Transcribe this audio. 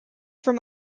from